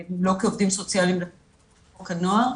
לא כעובדים סוציאליים לפי חוק הנוער,